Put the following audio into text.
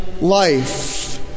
life